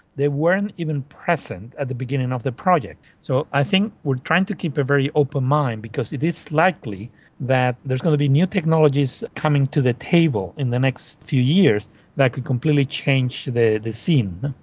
they weren't even present at the beginning of the project. so i think we are trying to keep a very open mind because it is likely that there's going to be new technologies coming to the table in the next few years that could completely change the the scene,